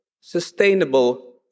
sustainable